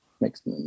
makes